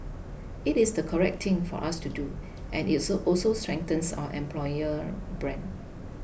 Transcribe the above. it is the correct thing for us to do and it's also strengthens our employer brand